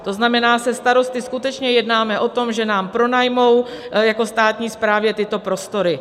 To znamená, se starosty skutečně jednáme o tom, že nám pronajmou jako státní správě tyto prostory.